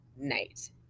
night